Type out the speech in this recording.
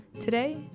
Today